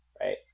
right